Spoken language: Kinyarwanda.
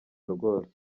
rwose